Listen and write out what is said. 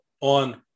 on